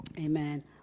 amen